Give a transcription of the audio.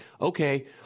okay